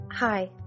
Hi